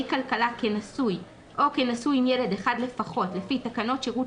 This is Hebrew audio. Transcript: כלכלה כנשוי או כנשוי עם ילד אחד לפחות לפי תקנות שירות